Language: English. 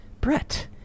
Brett